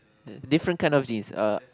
different kind of jeans err